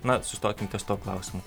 na sustokim ties tuo klausimu